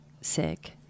sick